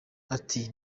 ati